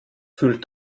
fühlt